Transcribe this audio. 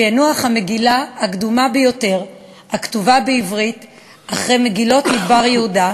פענוח המגילה הקדומה ביותר הכתובה בעברית אחרי מגילות מדבר יהודה,